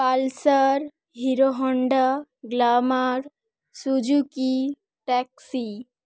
pulsar Hero Honda glamour Suzuki taxi